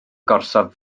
gorsaf